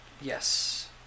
Yes